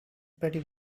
pretty